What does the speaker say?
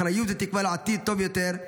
אחריות ותקווה לעתיד טוב יותר.